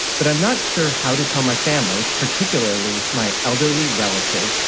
but i'm not sure how to tell my family, particularly my elderly relatives,